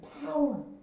power